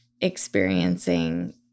experiencing